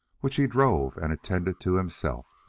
which he drove and attended to himself.